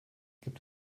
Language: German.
gibt